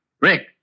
Rick